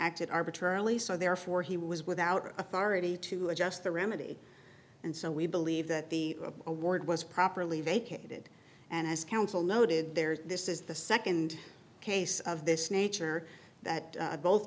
acted arbitrarily so therefore he was without authority to adjust the remedy and so we believe that the award was properly vacated and as counsel noted there this is the nd case of this nature that both